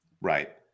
Right